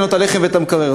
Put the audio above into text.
אין לו הלחם והמקרר.